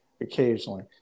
occasionally